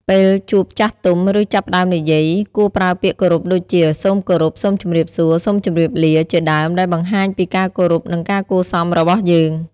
ពេលជួបចាស់ទុំ ឬចាប់ផ្ដើមនិយាយ គួរប្រើពាក្យគោរពដូចជា "សូមគោរព" "សូមជំរាបសួរ" "សូមជម្រាបលា" ជាដើម ដែលបង្ហាញពីការគោរព និងការគួរសមរបស់យើង។